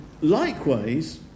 Likewise